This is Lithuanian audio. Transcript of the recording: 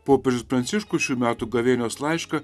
popiežius pranciškus šių metų gavėnios laišką